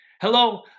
Hello